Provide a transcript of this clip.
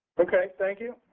okay, thank you.